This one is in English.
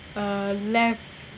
uh left